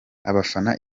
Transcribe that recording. abafana